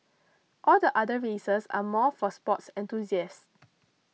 all the other races are more for sports enthusiasts